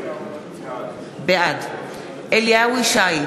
בעד אליהו ישי,